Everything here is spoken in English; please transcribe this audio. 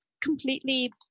completely